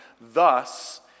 thus